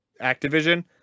Activision